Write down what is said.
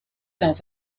dans